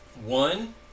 One